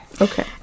Okay